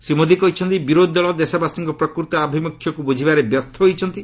ଶ୍ରୀ ମୋଦି କହିଛନ୍ତି ବିରୋଧୀ ଦଳ ଦେଶବାସୀଙ୍କ ପ୍ରକୃତ ଆଭିମୁଖ୍ୟକୁ ବୁଝିବାରେ ବ୍ୟଥ ହୋଇଛନ୍ତି